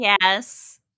Yes